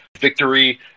victory